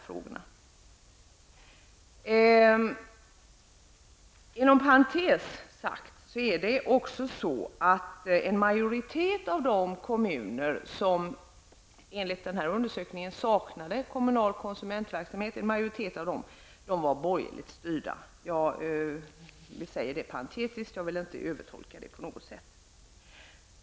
Inom parentes sagt var en majoritet av de kommuner som saknade kommunal konsumentverksamhet borgerligt styrda. Jag vill inte övertolka det på något sätt.